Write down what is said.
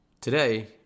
Today